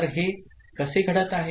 तर हे कसे घडत आहे